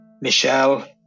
Michelle